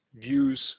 views